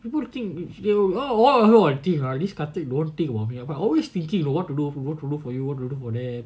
people think you O_R_D release this khatik don't think about me but I always thinking you know what to do what to look for you what to do for them